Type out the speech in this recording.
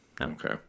Okay